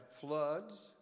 floods